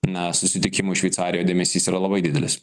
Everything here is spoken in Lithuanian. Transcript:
na susitikimui šveicarijoj dėmesys yra labai didelis